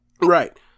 Right